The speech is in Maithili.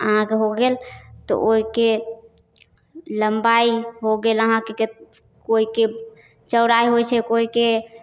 अहाँके हो गेल तऽ ओहिके लम्बाइ हो गेल अहाँके क कोइके चौड़ाइ होइ छै कोइके